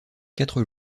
quatre